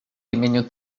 imieniu